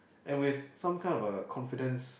and with some kind of a confidence